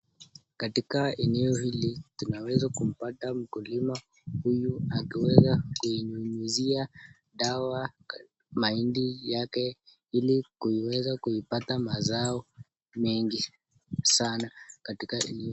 Katika eneo hili tunaweza kumpata mkulima huyu akiweza kuinyunyuzia dawa mahindi yake ili kuiweza kuipata mazao mengi sana katika hili.